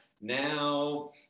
now